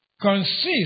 consists